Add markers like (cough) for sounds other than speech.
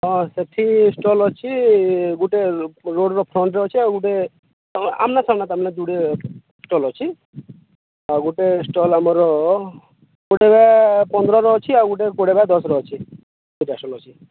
ହଁ ସେଠି ଷ୍ଟଲ୍ ଅଛି ଗୁଟେ ରୋଡ଼୍ର ଫ୍ରଣ୍ଟ୍ରେ ଅଛି ଆଉ ଗୁଟେ (unintelligible) ଆମ୍ନାସାମ୍ନା ତାମାନେ ଯୁଡ଼େ ଷ୍ଟଲ୍ ଅଛି ଆଉ ଗୁଟେ ଷ୍ଟଲ୍ ଆମର ଗୁଟେ ଏକା ପନ୍ଦରର ଅଛି ଆଉ ଗୁଟେ କୁଡ଼ିଏ ବାଇ ଦଶର ଅଛି (unintelligible) ଅଛି